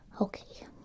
Okay